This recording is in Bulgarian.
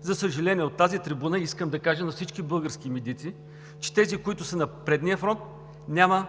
За съжаление, от тази трибуна искам да кажа на всички български медици, че тези, които са на предния фронт, не са